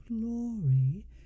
glory